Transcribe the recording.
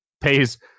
pays